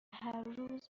هرروز